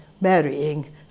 marrying